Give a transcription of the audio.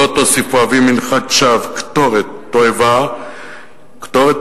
לא תוסיפו הביא מנחת שווא קטורת תועבה היא